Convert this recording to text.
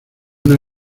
una